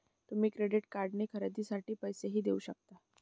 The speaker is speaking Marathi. तुम्ही क्रेडिट कार्डने खरेदीसाठी पैसेही देऊ शकता